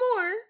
more